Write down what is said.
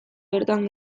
bertan